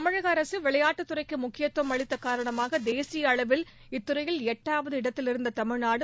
தமிழக அரசு விளையாட்டுத் துறைக்கு முக்கியத்துவம் அளித்த காரணமாக தேசிய அளவில் இத்துறையில் எட்டாவது இடத்திலிருந்த தமிழ்நாடு